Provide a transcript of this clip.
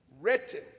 written